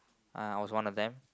uh I was one of them